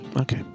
Okay